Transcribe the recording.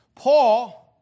Paul